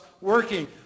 working